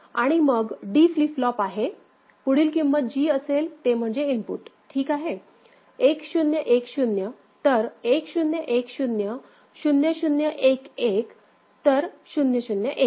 आणि मग D flip flop आहे पुढील किंमत जी असेल ते म्हणजे इनपुट ठीक आहे 1 0 1 0 तर 1 0 1 0 0 0 1 1 तर 0 0 1 1